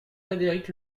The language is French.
frédéric